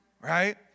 Right